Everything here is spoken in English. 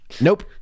Nope